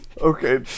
Okay